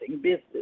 business